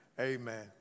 amen